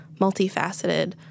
multifaceted